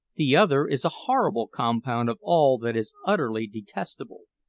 the other is a horrible compound of all that is utterly detestable.